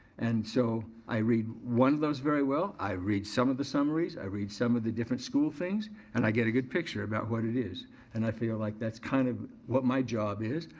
and so, i read one of those very well. i read some of the summaries. i read some of the different school things and i get a good picture about what it is and i feel like that's kind of what my job is.